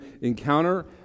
encounter